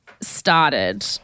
started